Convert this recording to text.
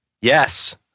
Yes